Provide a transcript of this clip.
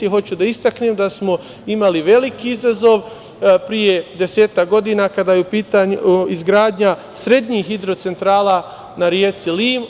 Hoću da istaknem da smo imali veliki izazov pre desetak godina, kada je u pitanju izgradnja srednjih hidrocentrala na reci Lim.